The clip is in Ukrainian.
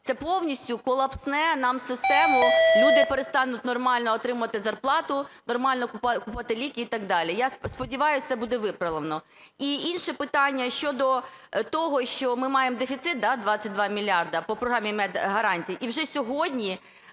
Це повністю колапсне нам систему, люди перестануть нормально отримувати зарплату, нормально купувати ліки і так далі. Я сподіваюсь, це буде виправлено. І інше питання щодо того, що ми маємо дефіцит, да, 22 мільярди по програмі медгарантій, і вже сьогодні